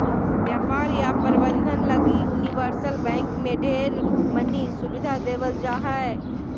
व्यापार या प्रबन्धन लगी यूनिवर्सल बैंक मे ढेर मनी सुविधा देवल जा हय